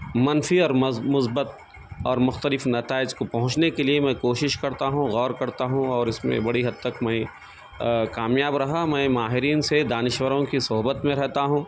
منفی اور مز مثبت اور مختلف نتائج کو پہنچنے کے لیے میں کوشش کرتا ہوں غور کرتا ہوں اور اس میں بڑی حد تک میں کامیاب رہا میں ماہرین سے دانشوروں کی صحبت میں رہتا ہوں